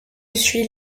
suis